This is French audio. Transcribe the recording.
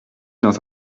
dans